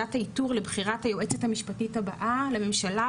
ועדת האיתור לבחירת היועצת המשפטית הבאה לממשלה,